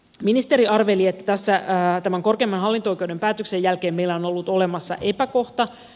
ministeri arveli että tämän korkeimman hallinto oikeuden päätöksen jälkeen meillä on ollut olemassa epäkohta